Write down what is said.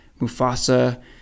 Mufasa